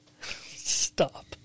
Stop